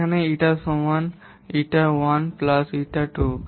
যেখানে ইটা সমান eta 1 plus এবং ইটা 2